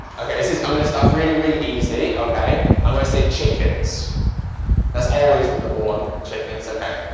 okay. this is i'm gonna start really really easy. okay, i'm gonna say chickens that's always the number one, chickens. okay.